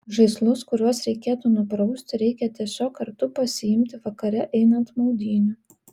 žaislus kuriuos reikėtų nuprausti reikia tiesiog kartu pasiimti vakare einant maudynių